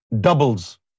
doubles